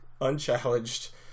unchallenged